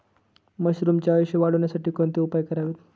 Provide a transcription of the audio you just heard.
मशरुमचे आयुष्य वाढवण्यासाठी कोणते उपाय करावेत?